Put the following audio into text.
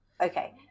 Okay